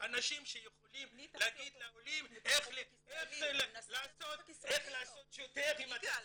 אנשים שיכולים להגיד לעולים איך לעשות יותר עם התקציב